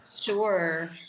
sure